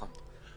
נכון.